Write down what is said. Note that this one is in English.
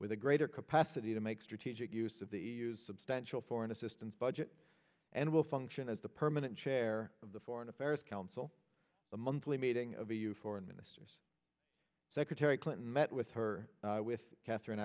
with a greater capacity to make strategic use of the use substantial foreign assistance budget and will function as the permanent chair of the foreign affairs council the monthly meeting of e u foreign ministers secretary clinton met with her with catherine